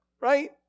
right